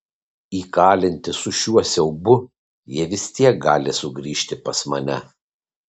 įkalinti su šiuo siaubu jie vis tiek gali sugrįžti pas mane